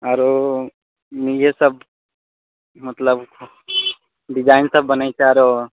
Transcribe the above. आरो इएह सभ मतलब डिजाइन सभ बनै छै आरो